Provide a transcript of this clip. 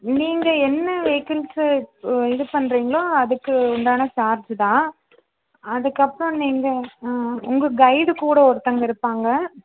நீங்கள் என்ன வெஹிக்கிள்ஸு இது பண்ணுறீங்களோ அதுக்கு உண்டான சார்ஜு தான் அதுக்கப்புறம் நீங்கள் உங்கள் கைடு கூட ஒருத்தவங்க இருப்பாங்கள்